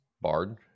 Bard